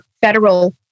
Federal